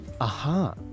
Aha